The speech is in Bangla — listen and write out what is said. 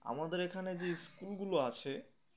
আমাদের এখানে যে স্কুলগুলো আছে